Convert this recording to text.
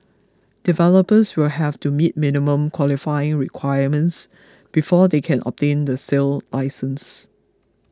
developers will have to meet minimum qualifying requirements before they can obtain the sale licence